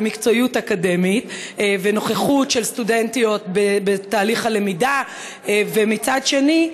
מקצועיות אקדמית ונוכחות של סטודנטיות בתהליך הלמידה; ומצד שני,